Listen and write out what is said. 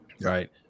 Right